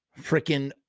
freaking